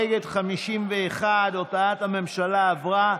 נגד, 51. הודעת הממשלה עברה.